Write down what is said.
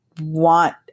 want